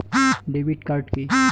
Debit card key?